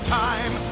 time